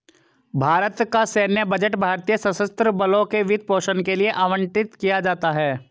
भारत का सैन्य बजट भारतीय सशस्त्र बलों के वित्त पोषण के लिए आवंटित किया जाता है